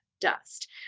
dust